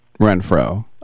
Renfro